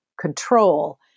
control